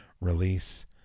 release